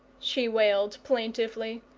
she wailed plaintively.